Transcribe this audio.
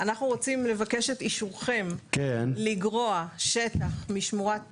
אנחנו רוצים לבקש אישורכם לגרוע טבע משמורת טבע.